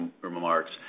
remarks